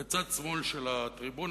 בצד שמאל של הטריבונה,